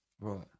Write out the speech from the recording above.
Right